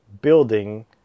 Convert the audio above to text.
building